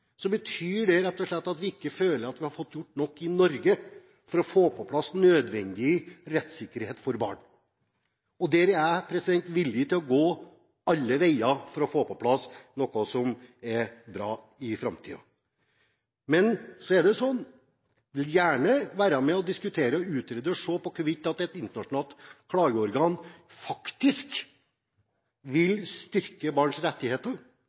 betyr det rett og slett at vi føler at vi ikke har fått gjort nok i Norge for å få på plass nødvendig rettssikkerhet for barn. Der er jeg villig til å gå alle veier for å få på plass noe som er bra for framtiden. Jeg vil gjerne være med på å diskutere, utrede og se på hvorvidt et internasjonalt klageorgan faktisk vil styrke barns rettigheter